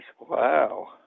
wow